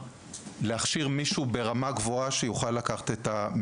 להכשיר מישהו ברמה גבוהה שיוכל לקחת אותן.